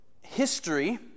history